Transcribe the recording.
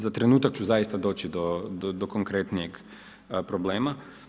Za trenutak ću zaista doći do konkretnijeg problema.